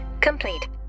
complete